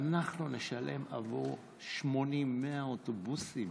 אנחנו נשלם עבור 80 100 אוטובוסים.